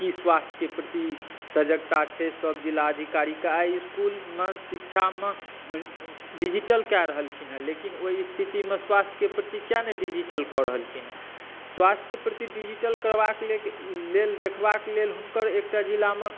की स्वास्थ्यके प्रति सजगता छै सभ ज़िलाधिकारीक आइ इस्कूलमे शिक्षामे डीजिटल कै रहलखिन हँ लेकिन ओहि स्थितिमे स्वास्थ्यके प्रति किया नहि डीजिटल कऽ रहलखिन हँ स्वास्थ्यके प्रति डीजिटल करबाक लेल देखबाक लेल हुनकर एकटा जिलामे